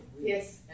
Yes